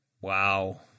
Wow